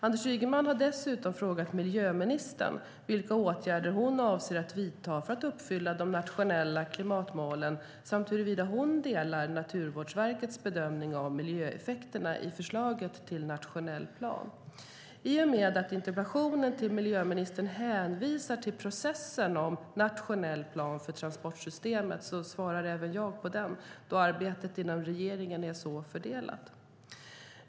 Anders Ygeman har dessutom frågat miljöministern vilka åtgärder hon avser att vidta för att uppfylla de nationella klimatmålen samt huruvida hon delar Naturvårdsverkets bedömning av miljöeffekterna i förslaget till nationell plan. I och med att interpellationen till miljöministern hänvisar till processen om nationell plan för transportsystemet svarar jag även på den då arbetet inom regeringen är så fördelat.